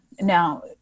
now